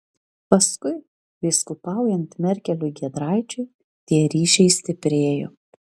paskui vyskupaujant merkeliui giedraičiui tie ryšiai stiprėjo